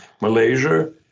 Malaysia